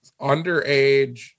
underage